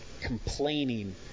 complaining